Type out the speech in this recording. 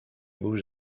bus